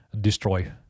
destroy